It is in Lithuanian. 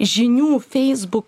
žinių feisbuk